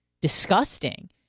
disgusting